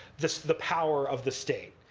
the the power of the state.